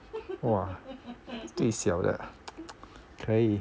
!wah! 最小的可以